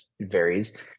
varies